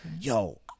yo